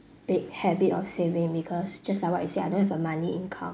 big habit of saving because just like what you said I don't have a monthly income